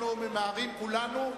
אנחנו ממהרים כולנו.